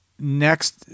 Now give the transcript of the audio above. Next